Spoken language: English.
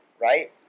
right